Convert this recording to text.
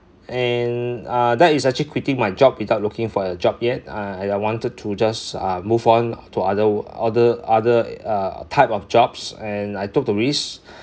and uh that is actually quitting my job without looking for a job yet I I wanted to just uh move on to other other other uh type of jobs and I took the risk